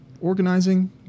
organizing